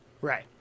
Right